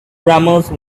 grammars